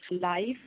life